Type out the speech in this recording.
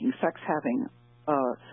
sex-having